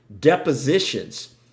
depositions